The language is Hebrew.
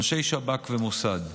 אנשי שב"כ ומוסד.